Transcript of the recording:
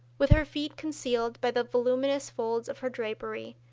with her feet concealed by the voluminous folds of her drapery,